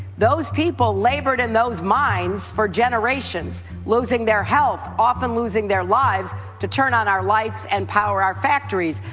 those people labored in those mines for generations, losing their health, often losing their lives to turn on our lights and power our factories.